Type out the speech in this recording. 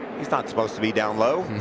he's not supposed to be down low.